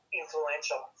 influential